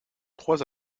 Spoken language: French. trois